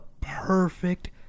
perfect